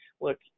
look